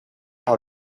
par